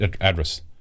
address